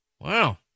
Wow